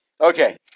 Okay